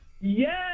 Yes